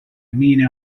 amino